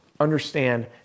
Understand